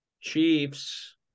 Chiefs